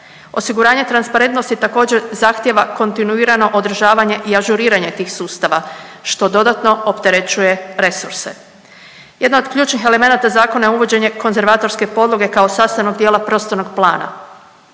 Osiguranje transparentnosti također zahtjeva kontinuirano održavanje i ažuriranje tih sustava što dodatno opterećuje resurse. Jedan od ključnih elemenata zakona je uvođenje konzervatorske podloge kao sastavnog dijela prostornog plana.